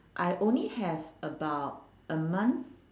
I only have about a month